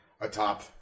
atop